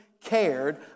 cared